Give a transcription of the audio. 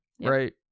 Right